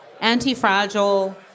anti-fragile